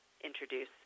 introduce